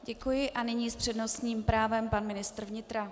Děkuji a nyní s přednostním právem pan ministr vnitra.